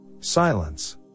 Silence